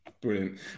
Brilliant